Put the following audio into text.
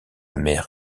mer